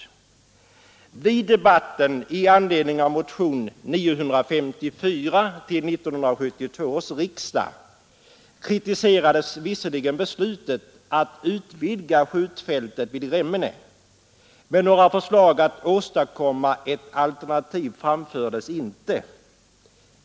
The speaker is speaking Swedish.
Under debatten i anledning av motionen 954 till 1972 års riksdag kritiserades visserligen beslutet att utvidga skjutfältet vid Remmene, men några förslag till alternativ framfördes inte.